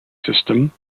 system